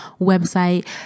website